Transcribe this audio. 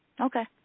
Okay